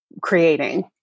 creating